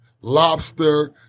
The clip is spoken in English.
lobster